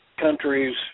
countries